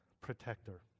protector